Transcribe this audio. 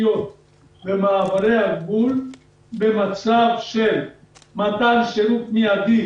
ומעברי הגבול במצב של מתן שירות מידי,